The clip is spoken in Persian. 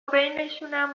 بینشونم